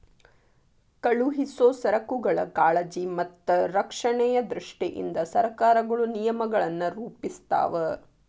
ಕಳುಹಿಸೊ ಸರಕುಗಳ ಕಾಳಜಿ ಮತ್ತ ರಕ್ಷಣೆಯ ದೃಷ್ಟಿಯಿಂದ ಸರಕಾರಗಳು ನಿಯಮಗಳನ್ನ ರೂಪಿಸ್ತಾವ